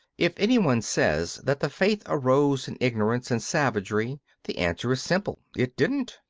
if any one says that the faith arose in ignorance and savagery the answer is simple it didn't.